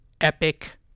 epic